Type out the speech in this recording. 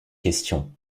question